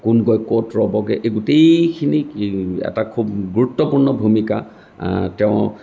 কোন গৈ ক'ত ৰ'বগৈ এই গোটেইখিনি এটা খুব গুৰুত্বপূৰ্ণ ভূমিকা তেওঁ